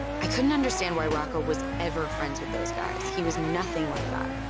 i couldn't understand why rocco was ever friends with those guys. he was nothing like that.